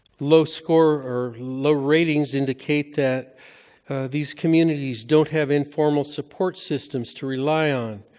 low score or low ratings indicate that these communities don't have informal support systems to rely on.